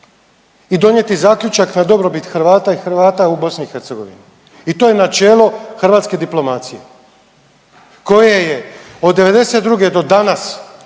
i donijeti zaključan na dobrobit Hrvata i Hrvata u BiH. I to je načelo hrvatske diplomacije koje je od '92. do danas